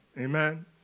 amen